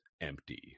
empty